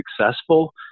successful